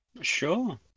Sure